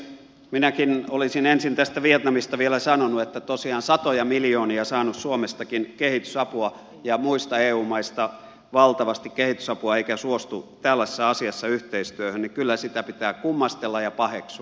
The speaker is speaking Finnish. minäkin olisin ensin tästä vietnamista vielä sanonut että kun on tosiaan satoja miljoonia saanut suomestakin kehitysapua ja muista eu maista valtavasti kehitysapua eikä suostu tällaisessa asiassa yhteistyöhön niin kyllä sitä pitää kummastella ja paheksua